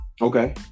Okay